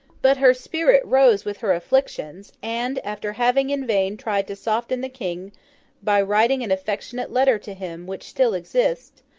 but her spirit rose with her afflictions and, after having in vain tried to soften the king by writing an affecting letter to him which still exists,